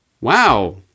wow